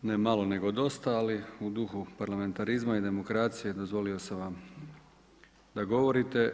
Ne malo nego dosta, ali u duhu parlamentarizma i demokracije dozvolio sam vam da govorite.